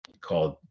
called